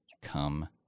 come